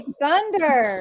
thunder